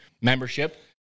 membership